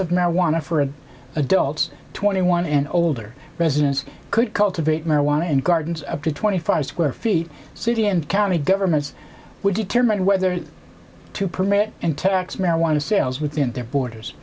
of marijuana for adults twenty one and older residents could cultivate marijuana and gardens up to twenty five square feet city and county governments will determine whether to permit and tax marijuana sales within their borders